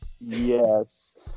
Yes